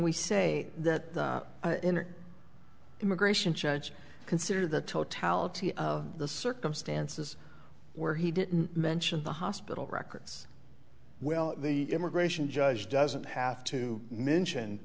we say that in an immigration judge consider the totality of the circumstances where he didn't mention the hospital records well the immigration judge doesn't have to